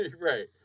Right